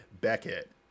beckett